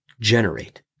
generate